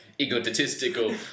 egotistical